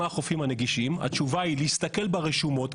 מה החופים הנגישים התשובה היא להסתכל ברשומות,